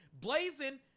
blazing